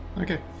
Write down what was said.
Okay